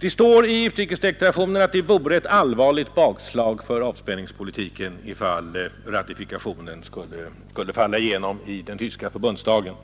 Det står i utrikesdeklarationen att det vore ett allvarligt bakslag för avspänningspolitiken om ratifikationen skulle falla igenom i den tyska förbundsdagen.